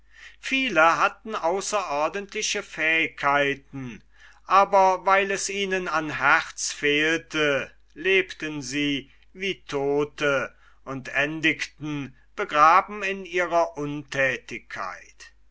viele hatten außerordentliche fähigkeiten aber weil es ihnen an herz fehlte lebten sie wie todte und endigten begraben in ihrer unthätigkeit